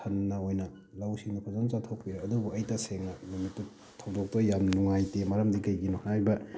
ꯁꯟꯅ ꯑꯣꯏꯅ ꯂꯧꯁꯤꯡꯗꯣ ꯐꯖꯅ ꯆꯥꯊꯣꯛꯄꯤꯔꯦ ꯑꯗꯨꯕꯨ ꯑꯩ ꯇꯁꯦꯡꯅ ꯅꯨꯃꯤꯠꯇꯨ ꯊꯧꯗꯣꯛꯇꯨ ꯌꯥꯝ ꯅꯨꯡꯉꯥꯏꯇꯦ ꯃꯔꯝꯗꯤ ꯀꯩꯒꯤꯅꯣ ꯍꯥꯏꯕ